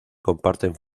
comparten